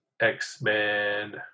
X-Men